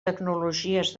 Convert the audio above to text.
tecnologies